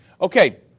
Okay